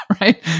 right